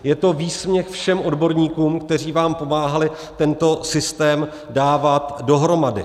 Je to výsměch všem odborníkům, kteří vám pomáhali tento systém dávat dohromady.